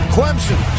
Clemson